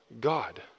God